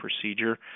procedure